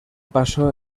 paso